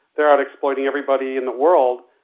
they're out exploiting everybody in the world,